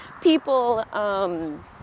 people